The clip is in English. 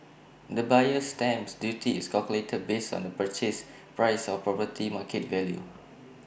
the buyer's stamp duty is calculated based on the purchase price or property's market value